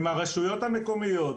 עם הרשויות המקומיות,